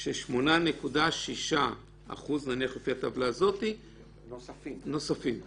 הוא ש-8.6% מהטבלה הזאת, נוספים.